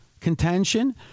contention